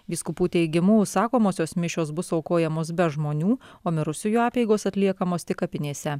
vyskupų teigimu užsakomosios mišios bus aukojamos be žmonių o mirusiųjų apeigos atliekamos tik kapinėse